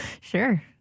Sure